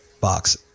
box